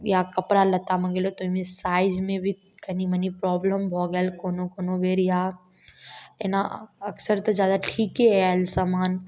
या कपड़ा लत्ता मँगेलहुँ तऽ ओइमे साइजमे भी कनि मनि प्रोब्लेम भऽ गेल कोनो कोनो बेर या एना अक्सर तऽ जादा ठीकेआयल सामान